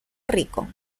rico